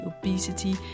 obesity